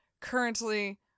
currently